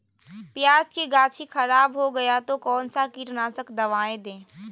प्याज की गाछी खराब हो गया तो कौन सा कीटनाशक दवाएं दे?